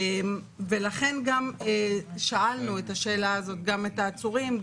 ולכן שאלנו את השאלה הזאת גם את העצורים,